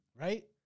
right